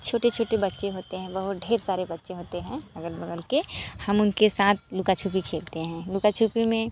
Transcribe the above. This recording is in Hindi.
छोटे छोटे बच्चे होते हैं बहुत ढेर सारे बच्चे होते हैं अगल बगल के हम उनके साथ लुकाछुपी खेलते हैं लुकाछुपी में